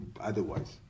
otherwise